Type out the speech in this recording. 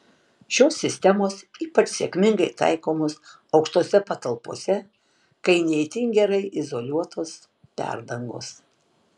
šios sistemos ypač sėkmingai taikomos aukštose patalpose kai ne itin gerai izoliuotos perdangos